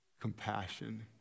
Compassion